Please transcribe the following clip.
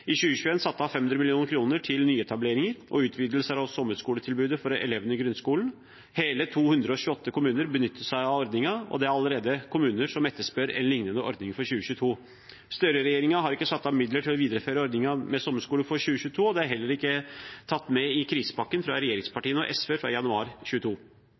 av 500 mill. kr til nyetableringer og utvidelser av sommerskoletilbudet for elevene i grunnskolen. Hele 228 kommuner benyttet seg av ordningen, og det er allerede kommuner som etterspør en lignende ordning for 2022. Støre-regjeringen har ikke satt av midler til å videreføre ordningen med sommerskole for 2022, og det er heller ikke tatt med i krisepakken fra regjeringspartiene og SV fra januar